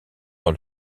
dans